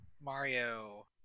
Mario